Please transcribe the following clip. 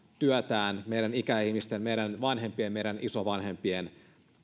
työtään meidän ikäihmistemme meidän vanhempiemme meidän isovanhempiemme